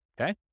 Okay